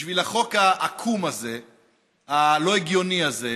בשביל החוק העקום הזה, הלא-הגיוני הזה,